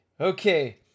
Okay